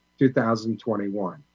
2021